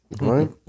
right